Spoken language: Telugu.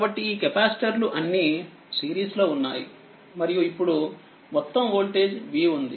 కాబట్టిఈ కెపాసిటర్లు అన్నీ సిరీస్లో ఉన్నాయిమరియు ఇప్పుడు మొత్తం వోల్టేజ్v ఉంది